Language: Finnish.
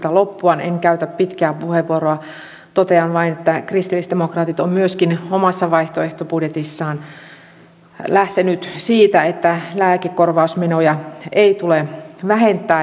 en käytä pitkää puheenvuoroa totean vain että kristillisdemokraatit ovat myöskin omassa vaihtoehtobudjetissaan lähteneet siitä että lääkekorvausmenoja ei tule vähentää